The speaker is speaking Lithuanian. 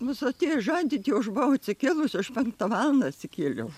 mus atėjo žadinti jau aš buvau atsikėlusi aš penktą valandą atsikėliau